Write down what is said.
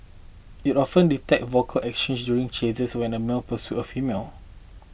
it often detected vocal exchanges during chases when a male pursue a female